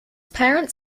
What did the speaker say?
parents